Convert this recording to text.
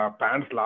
pants